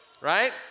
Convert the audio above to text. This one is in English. Right